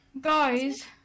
guys